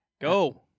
Go